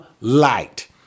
light